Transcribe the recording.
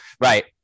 Right